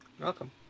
welcome